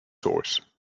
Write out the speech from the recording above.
source